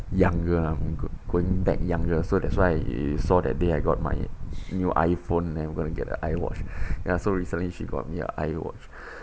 younger I'm go going back younger so that's why you saw that day I got my new iphone and I'm going to get the I_watch ya so recently she got me a I_watch